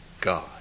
God